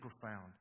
profound